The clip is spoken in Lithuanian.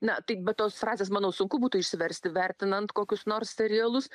na taip be tos frazės manau sunku būtų išsiversti vertinant kokius nors serialus